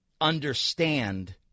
understand